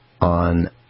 on